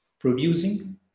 producing